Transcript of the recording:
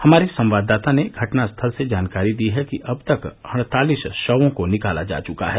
हमारे संवाददाता ने घटनास्थल से जानकारी दी है कि अब तक अड़तालीस शवों को निकाला जा चुका है